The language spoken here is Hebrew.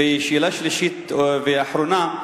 ושאלה שלישית ואחרונה,